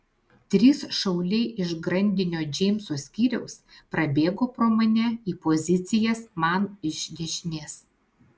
trys šauliai iš grandinio džeimso skyriaus prabėgo pro mane į pozicijas man iš dešinės